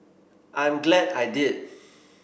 I'm glad I did